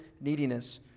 neediness